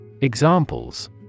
Examples